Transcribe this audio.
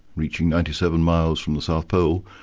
reaching ninety seven miles from the south pole,